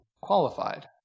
qualified